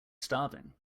starving